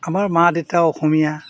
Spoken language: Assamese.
আমাৰ মা দেউতাও অসমীয়া